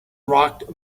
rocked